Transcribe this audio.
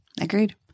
agreed